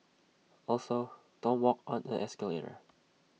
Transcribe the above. also don't walk on A escalator